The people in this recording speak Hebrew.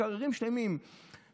מקררים שלמים ברשתות,